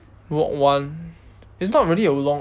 walk one it's not really a long